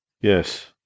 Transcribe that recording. Yes